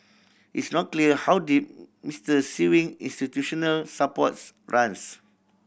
it's not clear how deep Mister Sewing institutional supports runs